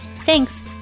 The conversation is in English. Thanks